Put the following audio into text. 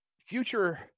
future